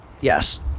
Yes